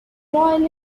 royal